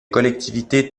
collectivités